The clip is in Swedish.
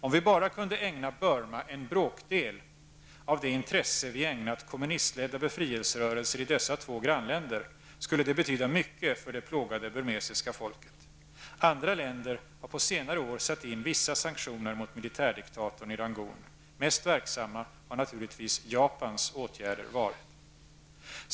Om vi bara kunde ägna Burma en bråkdel av det intresse vi ägnat kommunistledda befrielserörelser i dessa två grannländer, skulle det betyda mycket för det plågade burmesiska folket. Andra länder har på senare år satt in vissa sanktioner mot militärdiktatorn i Rangoon. Mest verksamma har naturligtvis Japans åtgärder varit.